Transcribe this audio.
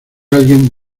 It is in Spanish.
alguien